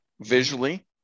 visually